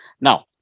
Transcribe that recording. Now